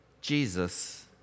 Jesus